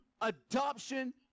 adoption